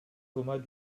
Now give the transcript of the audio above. thomas